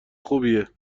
خوبیه